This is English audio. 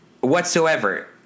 whatsoever